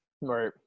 Right